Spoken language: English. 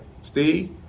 Steve